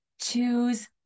Choose